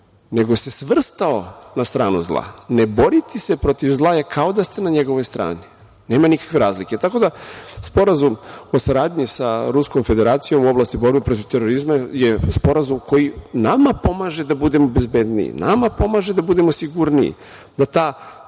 nego se svrstao na stranu zla. Ne boriti se protiv zla je kao da ste na njegovog strani. Nema nikakve razlike. Tako da sporazum o saradnji sa Ruskom Federacijom u oblasti borbe protiv terorizma je sporazum koji nama pomaže da budemo bezbedniji, nama pomaže da budemo sigurniji,